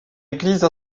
église